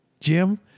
Jim